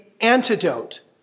antidote